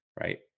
right